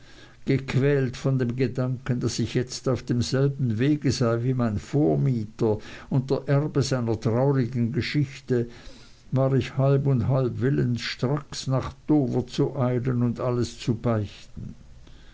gequält von dem gedanken daß ich jetzt auf demselben wege sei wie mein vormieter und der erbe seiner traurigen geschichte war ich halb und halb willens stracks nach dover zu eilen und alles zu beichten